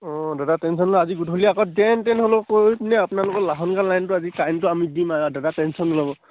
অঁ দাদা টেনচন নল'ব আজি গধূলি আগত যেনতেন হ'লেও কৰি দিমেই আপোনালোক লাহন গাঁৱৰ লাইনটো আজি কাৰেণ্টটো আম দিম আৰু দাদা টেনচন নল'ব